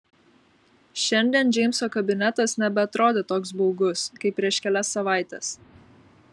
šiandien džeimso kabinetas nebeatrodė toks baugus kaip prieš kelias savaites